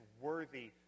worthy